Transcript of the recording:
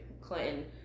Clinton